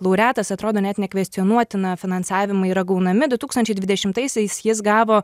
laureatas atrodo net nekvestionuotina finansavimai yra gaunami du tūkstančiai dvidešimtaisiais jis gavo